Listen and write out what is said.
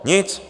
Nic!